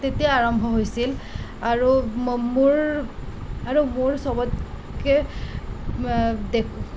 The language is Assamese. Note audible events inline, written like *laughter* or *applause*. তেতিয়াই আৰম্ভ হৈছিল আৰু ম মোৰ আৰু মোৰ চবতকৈ *unintelligible* দেশৰ